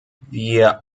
wir